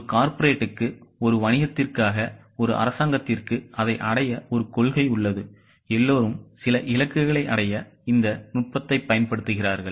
ஒரு கார்ப்பரேட்டுக்கு ஒரு வணிகத்திற்காக ஒரு அரசாங்கத்திற்கு அதை அடைய ஒரு கொள்கை உள்ளது எல்லோரும் சிலஇலக்குகளைஅடைய இந்த நுட்பத்தைப் பயன்படுத்துகிறார்கள்